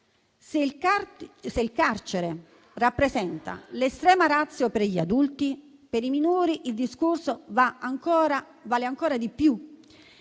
Se il carcere rappresenta l'*extrema ratio* per gli adulti, per i minori il discorso vale ancora di più.